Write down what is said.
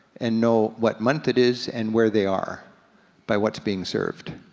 and know what month it is, and where they are by what's being served.